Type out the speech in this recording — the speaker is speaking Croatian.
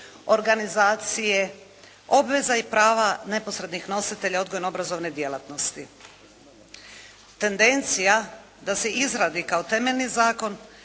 organizacije, obveza i prava neposrednih nositelja odgojno-obrazovne djelatnosti. Tendencija da se izradi kao temeljni zakon